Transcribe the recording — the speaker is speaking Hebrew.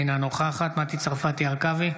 אינה נוכחת מטי צרפתי הרכבי,